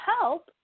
help